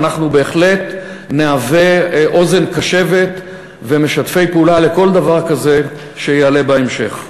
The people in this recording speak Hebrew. ואנחנו בהחלט נהווה אוזן קשבת ומשתפי פעולה בכל דבר כזה שיעלה בהמשך.